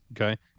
okay